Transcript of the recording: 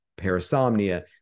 parasomnia